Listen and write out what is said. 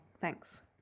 Thanks